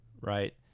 right